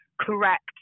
correct